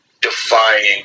defying